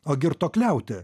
o girtuokliauti